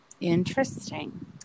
Interesting